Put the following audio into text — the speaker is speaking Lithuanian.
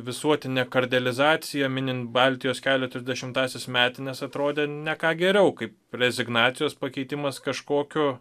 visuotinė kardelizacija minint baltijos kelio trisdešimtąsias metines atrodė ne ką geriau kaip rezignacijos pakeitimas kažkokiu